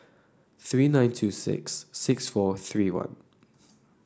three nine two six six four three one